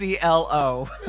CLO